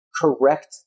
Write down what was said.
correct